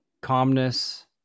calmness